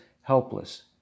helpless